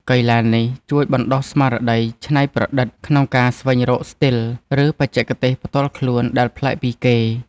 កីឡានេះជួយបណ្ដុះស្មារតីច្នៃប្រឌិតក្នុងការស្វែងរកស្ទីល ឬបច្ចេកទេសផ្ទាល់ខ្លួនដែលប្លែកពីគេ។